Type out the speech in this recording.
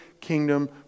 kingdom